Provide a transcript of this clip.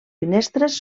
finestres